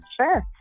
Sure